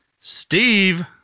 Steve